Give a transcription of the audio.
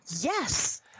yes